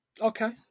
okay